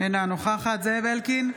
אינה נוכחת זאב אלקין,